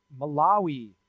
Malawi